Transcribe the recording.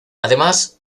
además